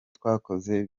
twakoze